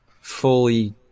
fully